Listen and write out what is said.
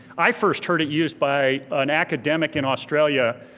i first heard it used by an academic in australia,